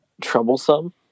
troublesome